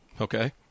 Okay